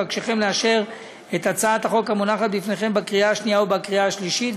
אבקשכם לאשר את הצעת החוק המונחת בפניכם בקריאה שנייה ובקריאה שלישית.